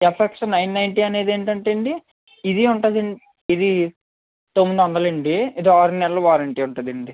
FX nine ninety అనేది ఏంటంటే అండి ఇది ఉంటుందండి ఇది తొమ్మిది వందలండి ఇది ఆరు నెలలు వారెంటీ ఉంటుందండి